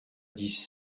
dix